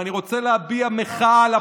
אני רוצה להביע מחאה.